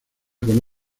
con